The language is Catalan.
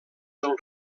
del